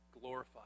glorified